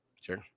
Sure